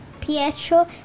Pietro